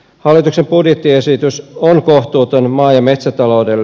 hallituksen budjettiesitys on kohtuuton maa ja metsätaloudelle